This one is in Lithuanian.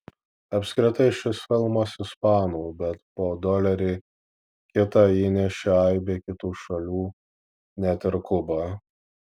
apskritai šis filmas ispanų bet po dolerį kitą įnešė aibė kitų šalių net ir kuba